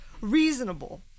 reasonable